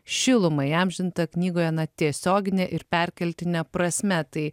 šilumą įamžintą knygoje na tiesiogine ir perkeltine prasme tai